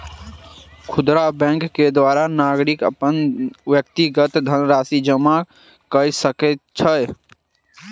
खुदरा बैंक के द्वारा नागरिक अपन व्यक्तिगत धनराशि जमा कय सकै छै